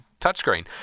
touchscreen